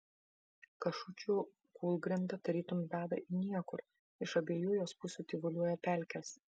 kašučių kūlgrinda tarytum veda į niekur iš abiejų jos pusių tyvuliuoja pelkės